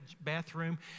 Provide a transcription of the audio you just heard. bathroom